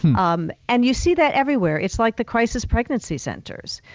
um and you see that everywhere. it's like the crisis pregnancy centers.